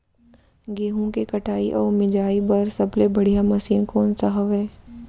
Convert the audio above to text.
गेहूँ के कटाई अऊ मिंजाई बर सबले बढ़िया मशीन कोन सा हवये?